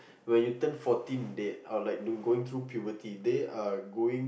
when you turn fourteen they are like they going through puberty they are going